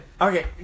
Okay